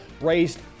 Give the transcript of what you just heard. Raised